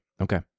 Okay